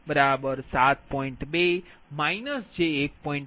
તેથી A31I3IL7